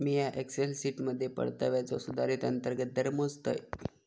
मिया एक्सेल शीटमध्ये परताव्याचो सुधारित अंतर्गत दर मोजतय